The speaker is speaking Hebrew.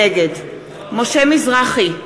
נגד משה מזרחי,